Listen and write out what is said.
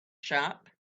shop